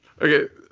Okay